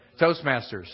Toastmasters